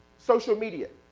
social media,